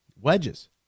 Wedges